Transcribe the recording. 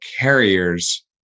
carriers